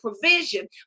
provision